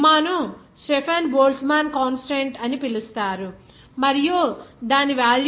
ఈ సిగ్మా ను Stefan Boltzmann constant అని పిలుస్తారు మరియు దాని వేల్యూ 5